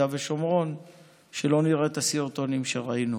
ושומרון שלא נראה את הסרטונים שראינו.